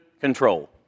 control